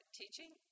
teaching